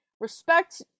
respect